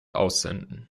aussenden